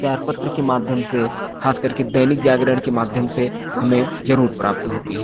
चार पत्र के माध्यम से खास करके दैनिक जागरण के माध्यम से हमें जरूर प्राप्त होती है